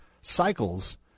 cycles